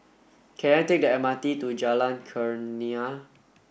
can I take the M R T to Jalan Kurnia